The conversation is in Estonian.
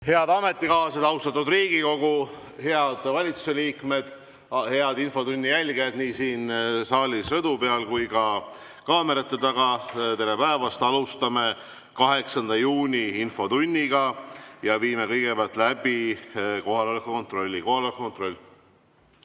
Head ametikaaslased! Austatud Riigikogu! Head valitsuse liikmed! Head infotunni jälgijad nii siin saalis, rõdu peal kui ka kaamerate taga! Tere päevast! Alustame 8. juuni infotundi ja viime kõigepealt läbi kohaloleku kontrolli. Kohaloleku kontroll.